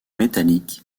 métallique